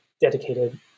dedicated